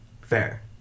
Fair